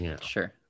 Sure